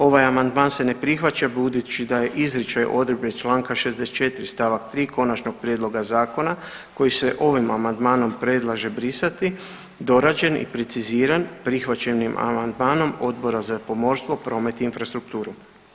Ovaj amandman se ne prihvaća budući da je izričaj odredbe članka 64. stavak 3. konačnog prijedloga zakona koji se ovim amandmanom predlaže brisati dorađen i preciziran, prihvaćenim amandmanom Odbora za pomorstvo, promet i infrastrukturu.